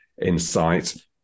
insight